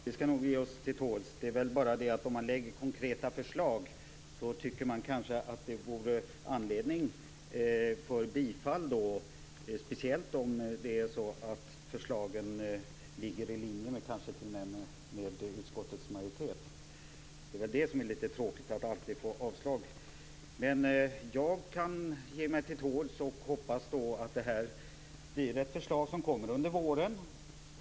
Fru talman! Jodå, vi skall nog ge oss till tåls. Det är bara det att om man lägger konkreta förslag, så tycker man att det vore anledning för bifall, speciellt om förslagen kanske t.o.m. ligger i linje med utskottets majoritet. Det som är litet tråkigt är att alltid få avslag. Jag kan ge mig till tåls och hoppas att det kommer ett förslag under våren.